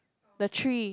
the tree